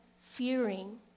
fearing